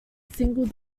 single